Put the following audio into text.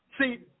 See